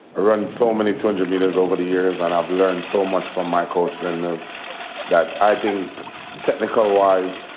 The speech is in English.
run so many tons meters over the years and i've learned so much from my coach but um is that i think technical wise,